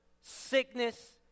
sickness